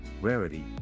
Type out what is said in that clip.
rarity